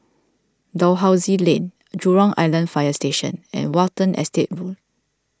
Dalhousie Lane Jurong Island Fire Station and Watten Estate Road